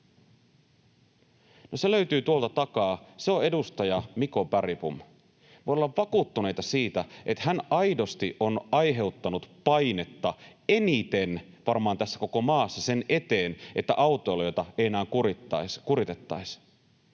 se löytyy tuolta takaa. Kuka? Se on edustaja Miko Bergbom. Voidaan olla vakuuttuneita siitä, että hän aidosti on aiheuttanut painetta eniten varmaan tässä koko maassa sen eteen, että autoilijoita ei enää kuritettaisi.